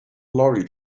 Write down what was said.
lorry